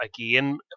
again